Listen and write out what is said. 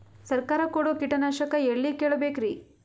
ಸರಕಾರ ಕೊಡೋ ಕೀಟನಾಶಕ ಎಳ್ಳಿ ಕೇಳ ಬೇಕರಿ?